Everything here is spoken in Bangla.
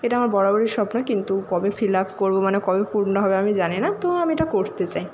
এটা আমার বরাবরই স্বপ্ন কিন্তু কবে ফিল আপ করবো মানে কবে পূর্ণ হবে আমি জানি না তো আমি এটা করতে চাই